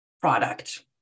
product